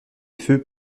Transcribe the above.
feux